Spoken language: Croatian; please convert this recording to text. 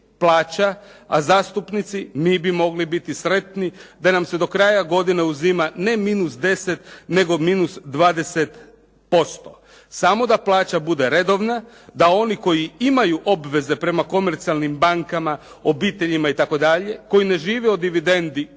plaća, a zastupnici mi bi mogli biti sretni da nam se do kraja godine uzima ne minus 10, nego minus 20%. Samo da plaća bude redovna, da oni koji imaju obveze prema komercijalni bankama, obiteljima itd. koji ne žive od dividendi,